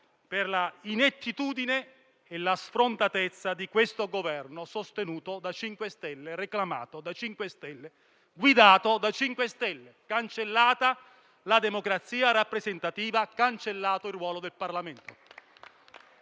per la inettitudine e la sfrontatezza di questo Governo sostenuto, reclamato e guidato dai 5 Stelle. Cancellata la democrazia rappresentativa, cancellato il ruolo del Parlamento